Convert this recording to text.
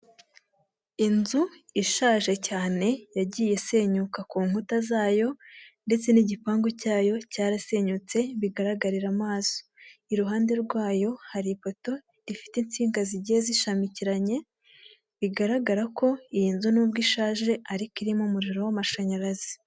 Inzu ishaje cyane yagiye isenyuka ku nkuta zayo ndetse n'igipangu cyayo cyarasenyutse bigaragarira amaso, iruhande rwayo hari ifoto ifite insinga zigiye zishamikiranye bigaragara ko iyi nzu n'ubwo ishaje ariko irimo umuriro w'amashanyarazi.